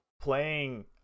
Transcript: playing